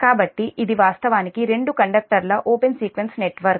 కాబట్టి ఇది వాస్తవానికి రెండు కండక్టర్ల ఓపెన్ సీక్వెన్స్ నెట్వర్క్